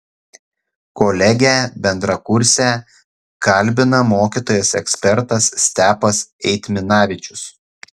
kolegę bendrakursę kalbina mokytojas ekspertas stepas eitminavičius